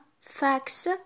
fax